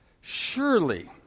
Surely